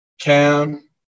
Cam